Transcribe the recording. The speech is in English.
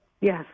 Yes